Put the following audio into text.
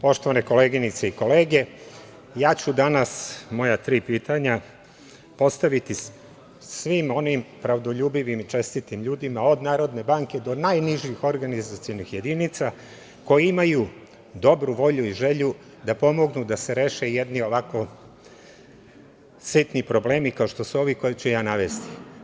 Poštovane koleginice i kolege, ja ću danas moja tri pitanja postaviti svim onim pravdoljubivim i čestitim ljudima od Narodne banke do najnižih organizacionih jedinica koje imaju dobru volju i želju da pomognu da se reše jedni ovako sitni problemi kao što su ovi koje ću ja navesti.